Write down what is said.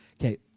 Okay